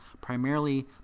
primarily